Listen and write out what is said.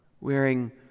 wearing